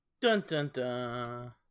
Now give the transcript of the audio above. Dun-dun-dun